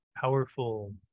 powerful